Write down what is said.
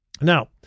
Now